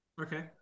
Okay